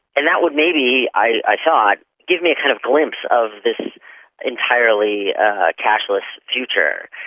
and that would maybe, i thought, give me a kind of glimpse of this entirely cashless future.